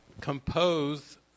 compose